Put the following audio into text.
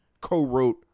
co-wrote